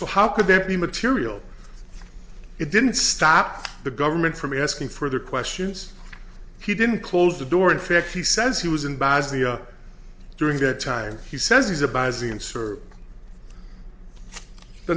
so how could there be material it didn't stop the government from asking for their questions he didn't close the door in fact he says he was in bosnia during that time he says he's a